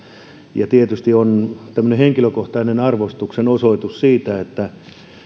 ja tietysti tämä on tämmöinen henkilökohtainen arvostuksen osoitus siitä että